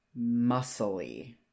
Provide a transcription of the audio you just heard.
muscly